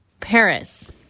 Paris